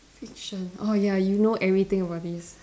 fiction oh ya you know everything about this